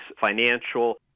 financial